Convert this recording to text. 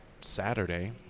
Saturday